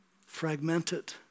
fragmented